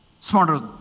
Smarter